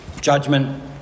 judgment